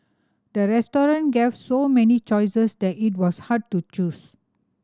the restaurant gave so many choices that it was hard to choose